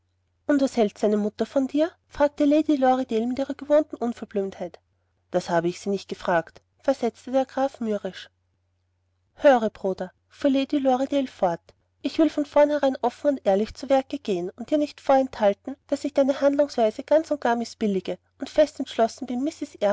und was hält seine mutter von dir fragte lady lorridaile mit ihrer gewohnten unverblümtheit das habe ich sie nicht gefragt versetzte der graf mürrisch höre bruder fuhr lady lorridaile fort ich will von vornherein offen und ehrlich zu werke gehen und dir nicht vorenthalten daß ich deine handlungsweise ganz und gar mißbillige und fest entschlossen bin mrs